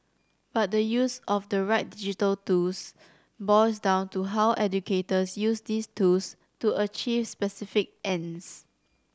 but the use of the right digital tools boils down to how educators use these tools to achieve specific ends